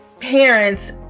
parents